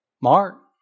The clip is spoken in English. Mark